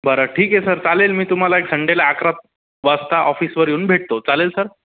बरं ठीक आहे सर चालेल मी तुम्हाला एक संडेला अकरा वाजता ऑफिसवर येऊन भेटतो चालेल सर